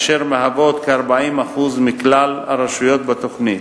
אשר מהוות כ-40% מכלל הרשויות בתוכנית.